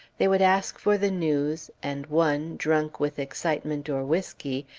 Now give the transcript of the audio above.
they would ask for the news, and one, drunk with excitement or whiskey,